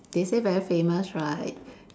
they say very famous right